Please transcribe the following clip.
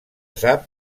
sap